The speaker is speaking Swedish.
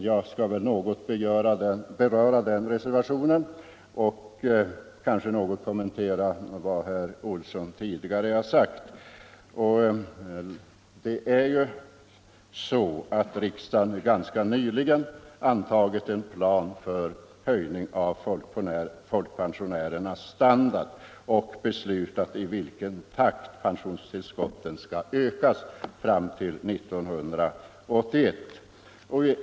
Jag skall något beröra den reservationen och något kommentera vad herr Olsson i Stockholm tidigare har sagt. Riksdagen har ju ganska nyligen antagit en plan för höjning av folkpensionärernas standard och beslutat i vilken takt pensionstillskottet skall öka fram till 1981.